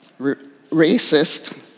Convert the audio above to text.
racist